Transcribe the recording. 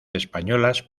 españolas